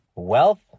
wealth